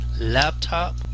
laptop